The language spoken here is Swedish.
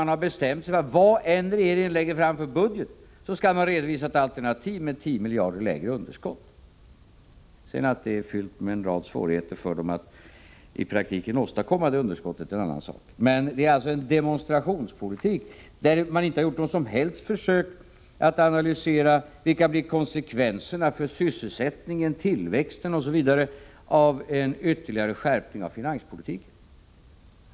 Man har bestämt sig för att man skall redovisa ett alternativ med 10 miljarder lägre underskott än i regeringens förslag, oavsett vad regeringen lägger fram för budget. Att det sedan är fyllt med en rad svårigheter för dem att i praktiken åstadkomma det underskottet är en annan sak. Det handlar om en demonstrationspolitik. Man har inte gjort något som helst försök att analysera vilka konsekvenserna blir för sysselsättningen, tillväxten osv. av en ytterligare skärpning av finanspolitiken.